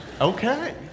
okay